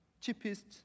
cheapest